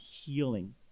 healing